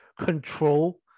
control